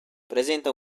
presenta